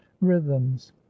rhythms